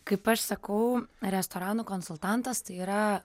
kaip aš sakau restoranų konsultantas tai yra